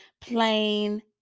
Plain